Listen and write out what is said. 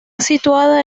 situada